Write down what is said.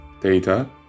data